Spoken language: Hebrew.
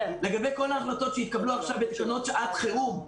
לגבי כל ההחלטות שהתקבלו עכשיו בתקנות שעת חירום,